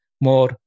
More